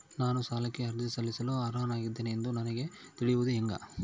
ನಾನು ಸಾಲಕ್ಕೆ ಅರ್ಜಿ ಸಲ್ಲಿಸಲು ಅರ್ಹನಾಗಿದ್ದೇನೆ ಎಂದು ನನಗ ತಿಳಿಯುವುದು ಹೆಂಗ?